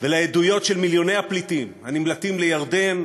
ולעדויות של מיליוני הפליטים הנמלטים לירדן,